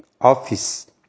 office